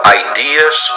ideas